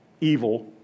evil